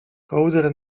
kołdrę